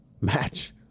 Match